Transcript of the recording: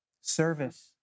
service